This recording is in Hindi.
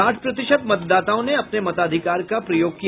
साठ प्रतिशत मतदाताओं ने अपने मताधिकार का प्रयोग किया